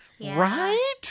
Right